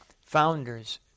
founders